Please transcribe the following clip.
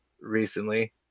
recently